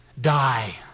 die